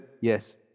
yes